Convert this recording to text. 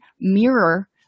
mirror